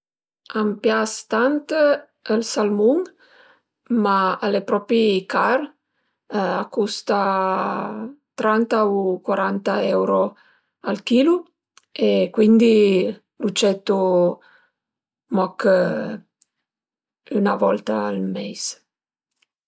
A m'pias tant ël salmun ma al e propi car, a custa tranta o cuaranta euro al chilu e cuindi lu cietu moch ün-a volta al meis